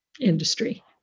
industry